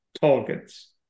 targets